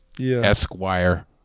Esquire